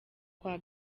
kwa